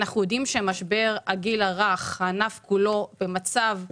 אנחנו יודעים שענף הגיל הרך במצב אקוטי,